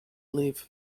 leave